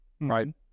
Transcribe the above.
right